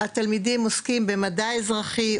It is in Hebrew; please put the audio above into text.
התלמידים עוסקים במדע אזרחי,